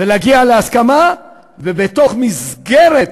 ולהגיע להסכמה, ובתוך מסגרת